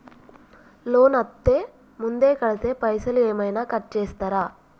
Loan అత్తే ముందే కడితే పైసలు ఏమైనా కట్ చేస్తరా?